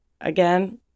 again